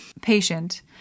Patient